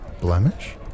Blemish